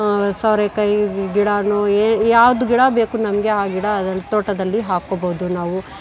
ಸೋರೆಕಾಯಿ ಗಿಡನೂ ಏ ಯಾವುದು ಗಿಡ ಬೇಕು ನಮಗೆ ಆ ಗಿಡ ಅದಲ್ಲಿ ತೋಟದಲ್ಲಿ ಹಾಕೋಬೌದು ನಾವು